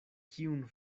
kiun